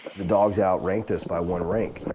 the dogs outranked us by one rank.